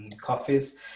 coffees